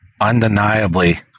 undeniably